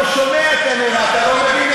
רבותי, אנחנו עוברים להצבעה.